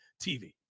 tv